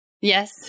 Yes